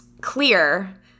clear